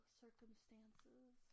circumstances